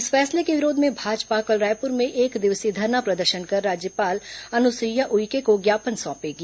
इस फैसले के विरोध में भाजपा कल रायपुर में एकदिवसीय धरना प्रदर्शन कर राज्यपाल अनुसईया उइके को ज्ञापन सौंपेंगी